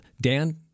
Dan